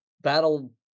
battle